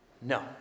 no